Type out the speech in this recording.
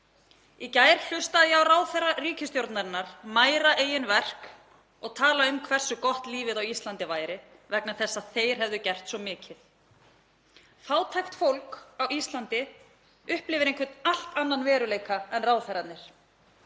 Í gær hlustaði ég á ráðherra ríkisstjórnarinnar mæra eigin verk og tala um hversu gott lífið á Íslandi væri vegna þess að þeir hefðu gert svo mikið. Fátækt fólk á Íslandi upplifir einhvern allt annan veruleika en ráðherrarnir.